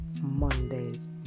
mondays